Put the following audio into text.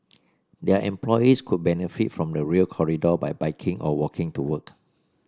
their employees could benefit from the Rail Corridor by biking or walking to work